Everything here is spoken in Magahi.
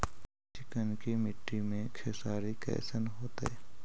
चिकनकी मट्टी मे खेसारी कैसन होतै?